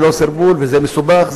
ולא סרבול וזה מסובך,